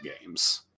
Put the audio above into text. games